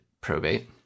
probate